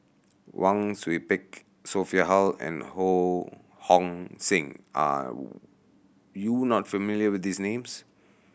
Wang Sui Pick Sophia Hull and Ho Hong Sing are you not familiar with these names